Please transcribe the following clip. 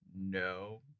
no